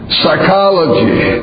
psychology